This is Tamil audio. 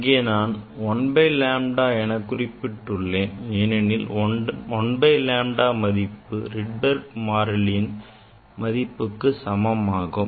இங்கே நான் 1 by lambda என குறிப்பிட்டுள்ளேன் ஏனெனில் 1 by lambda மதிப்பு Rydberg மாறிலியின் மதிப்புக்கு சமம் ஆகும்